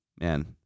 man